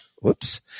whoops